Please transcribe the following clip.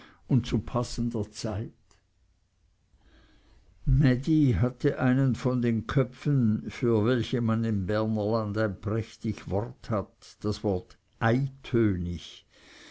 und zu passender zeit mädi hatte einen von den köpfen für welche man im bernerland ein prächtig wort hat das wort eitönig